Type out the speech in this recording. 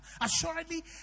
assuredly